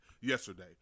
yesterday